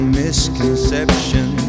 misconception